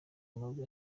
mabi